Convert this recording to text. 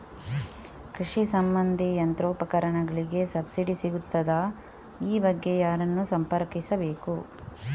ಕೃಷಿ ಸಂಬಂಧಿ ಯಂತ್ರೋಪಕರಣಗಳಿಗೆ ಸಬ್ಸಿಡಿ ಸಿಗುತ್ತದಾ? ಈ ಬಗ್ಗೆ ಯಾರನ್ನು ಸಂಪರ್ಕಿಸಬೇಕು?